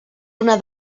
una